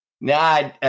No